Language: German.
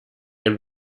ein